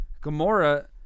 Gamora